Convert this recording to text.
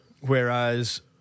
whereas